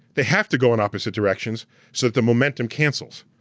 they have to go in opposite directions so that the momentum cancels,